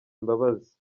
imbabazi